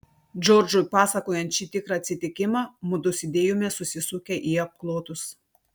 džordžui pasakojant šį tikrą atsitikimą mudu sėdėjome susisupę į apklotus